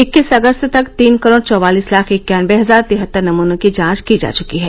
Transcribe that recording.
इक्कीस अगस्त तक तीन करोड चौवालिस लाख इक्यानबे हजार तिहत्तर नमूनों की जांच की जा चुकी है